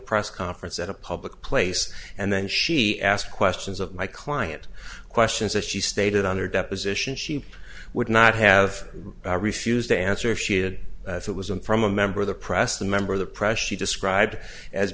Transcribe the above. press conference at a public place and then she asked questions of my client questions that she stated on her deposition she would not have refused to answer she added it was and from a member of the press the member of the pressure described as